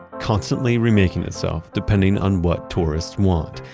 constantly remaking itself depending on what tourists want.